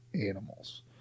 animals